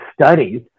studies